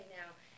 now